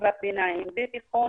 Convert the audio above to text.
חטיבת הביניים ותיכון